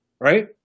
right